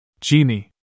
Genie